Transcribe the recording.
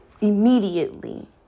Immediately